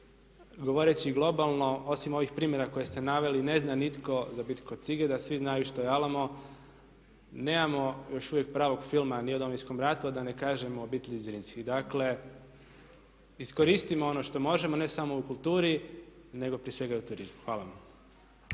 govoreći globalno osim ovih primjera koje ste naveli ne zna nitko za Bitku kod Sigeta a svi znaju što je Alamo. Nemamo još uvijek pravog filma ni o Domovinskom ratu a da ne kažem o obitelji Zrinski. Dakle, iskoristimo ono što možemo, ne samo u kulturi nego prije svega i u turizmu. Hvala vam.